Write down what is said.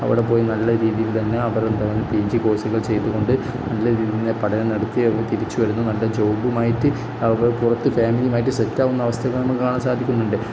അവിടെ പോയി നല്ല രീതിയിൽ തന്നെ അവരെന്താണ് പി ജി കോഴ്സുകൾ ചെയ്തുകൊണ്ട് നല്ല രീതിയിൽത്തന്നെ പഠനം നടത്തി അവര് തിരിച്ചുവരുന്നു നല്ല ജോബുമായിട്ട് അവര് പുറത്ത് ഫാമിലിയുമായിട്ട് സെറ്റാവുന്ന അവസ്ഥകൾ നമുക്കു കാണൻ സാധിക്കുന്നുണ്ട്